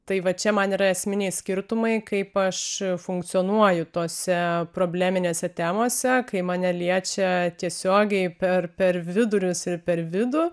tai va čia man yra esminiai skirtumai kaip aš funkcionuoju tose probleminėse temose kai mane liečia tiesiogiai per per vidurius ir per vidų